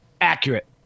accurate